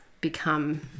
become